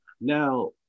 now